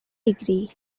degree